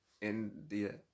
India